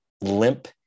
limp